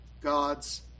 God's